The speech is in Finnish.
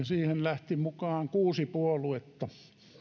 siihen lähti mukaan kuusi puoluetta